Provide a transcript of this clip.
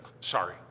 Sorry